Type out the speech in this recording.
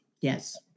Yes